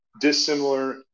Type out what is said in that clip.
Dissimilar